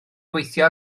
gweithio